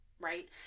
right